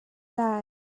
lai